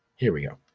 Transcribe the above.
here we go,